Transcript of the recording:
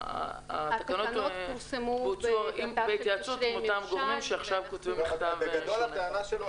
התקנות הוצעו בהתייעצות עם אותם גורמים שעכשיו כותבים מכתב שונה.